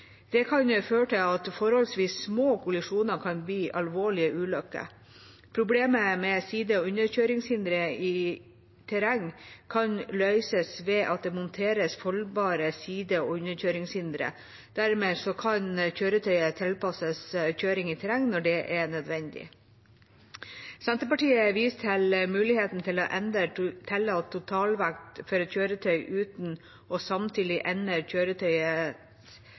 Det kan føre til at forholdsvis små kollisjoner kan bli alvorlige ulykker. Problemet med side- og underkjøringshindre i terreng kan løses ved at det monteres foldbare side- og underkjøringshindre. Dermed kan kjøretøyet tilpasses kjøring i terreng når det er nødvendig. Senterpartiet viser til at muligheten til å endre tillatt totalvekt for et kjøretøy uten samtidig å endre kjøretøyet